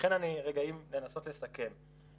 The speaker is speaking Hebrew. אם לנסות לסכם,